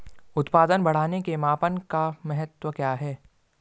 उत्पादन बढ़ाने के मापन का महत्व क्या है?